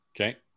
Okay